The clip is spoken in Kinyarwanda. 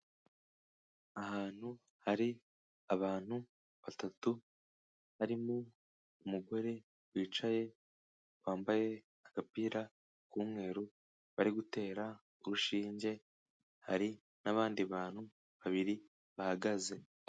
Ahantu hari abantu batatu, harimo umugore wicaye wambaye agapira k'umweru, bari gutera urushinge, hari n'abandi bantu babiri bahagaze.